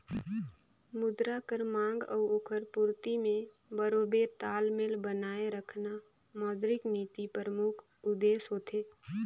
मुद्रा कर मांग अउ ओकर पूरती में बरोबेर तालमेल बनाए रखना मौद्रिक नीति परमुख उद्देस होथे